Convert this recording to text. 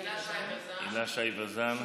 הילה שי וזאן,